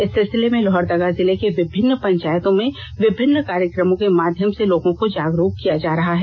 इस सिलसिले में लोहरदगा जिले के विभिन्न पंचायतों में विभिन्न कार्यक्रमों के माध्यम से लोगों को जागरूक किया जा रहा है